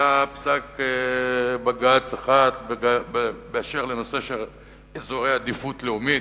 היה פסק בג"ץ אחד באשר לנושא של אזורי עדיפות לאומית,